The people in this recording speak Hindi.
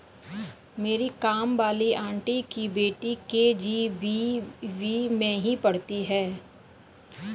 मेरी काम वाली आंटी की बेटी के.जी.बी.वी में ही पढ़ती है